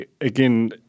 again